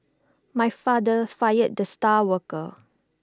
my father fired the star worker